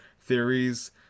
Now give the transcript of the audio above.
theories